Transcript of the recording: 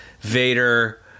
Vader